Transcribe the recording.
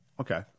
Okay